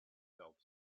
health